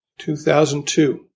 2002